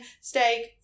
steak